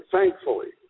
Thankfully